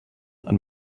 and